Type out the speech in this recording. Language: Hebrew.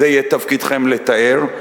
זה יהיה תפקידכם לתאר.